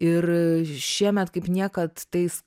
ir šiemet kaip niekad tais